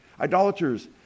Idolaters